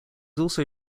also